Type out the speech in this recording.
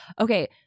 okay